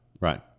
right